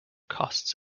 costs